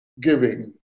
giving